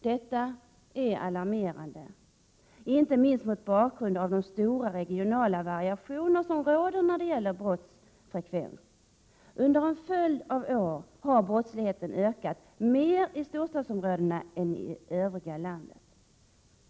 Detta är alarmerande, inte minst mot bakgrund av de stora regionala variationer som råder när det gäller brottsfrekvens. Under en följd av år har brottsligheten ökat mer i storstadsområdena än i övriga landet.